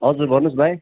हजुर भन्नुहोस् भाइ